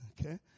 Okay